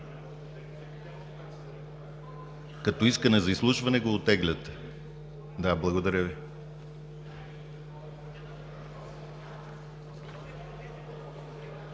Като искане за изслушване го оттегляте. Благодаря Ви.